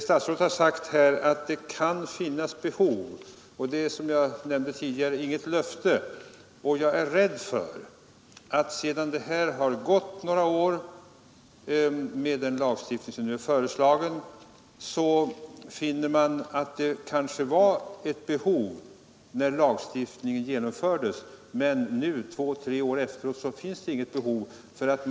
Statsrådet har här sagt att det kan finnas ett behov av en lagstiftning. Som jag nämnde tidigare, är jag rädd för att när det har gått några år med den lagstiftning som nu är föreslagen, finner man att det kanske var ett behov när lagstiftningen genomfördes, men inte nu två tre år senare.